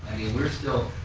we're still,